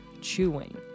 chewing